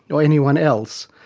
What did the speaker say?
or anyone else,